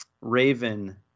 Raven